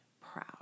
proud